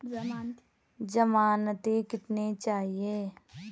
ज़मानती कितने चाहिये?